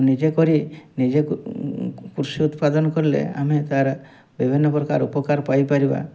ନିଜେ କରି କୃଷି ଉତ୍ପାଦନ କଲେ ଆମେ ତାର ବିଭିନ୍ନ ପ୍ରକାର ଉପକାର ପାଇଁ ପାରିବା